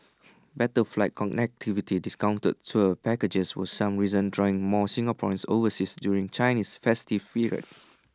better flight connectivity discounted tour packages were some reasons drawing more Singaporeans overseas during Chinese festive period